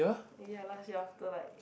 ya last year after like